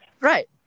Right